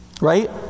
Right